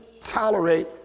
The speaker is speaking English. tolerate